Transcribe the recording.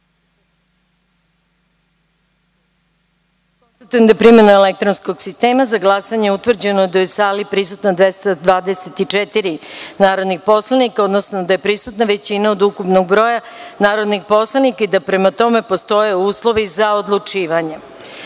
da je primenom elektronskog sistema za glasanje utvrđeno da je u sali prisutno 224 narodnih poslanika, odnosno da je prisutna većina od ukupnog broja narodnih poslanika i da prema tome postoje uslovi za odlučivanje. Povodom